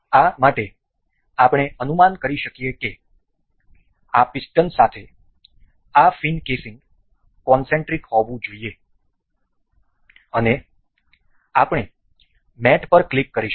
આ માટે આપણે અનુમાન કરી શકીએ કે આ પિસ્ટન સાથે આ ફિન કેસિંગ કોનસેન્ટ્રિક હોવું જોઈએ અને આપણે મેટ પર ક્લિક કરીશું